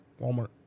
Walmart